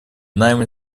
нами